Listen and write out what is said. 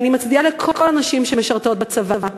ואני מצדיעה לכל הנשים שמשרתות בצבא.